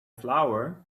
flower